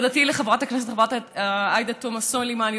תודה לחברת הכנסת עאידה תומא סלימאן,